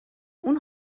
اون